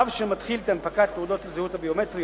צו שמתחיל את הנפקת תעודות הזהות הביומטריות